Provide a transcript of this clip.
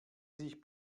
sich